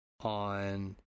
on